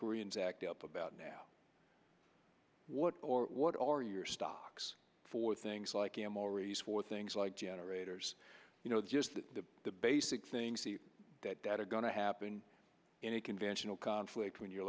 koreans act up about now what or what are your stocks for things like him or use for things like generators you know just the basic things that that are going to happen in a conventional conflict when you're